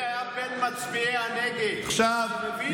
אדוני היה בין מצביעי הנגד, אני מבין, עכשיו,